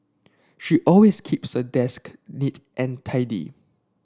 she always keeps her desk neat and tidy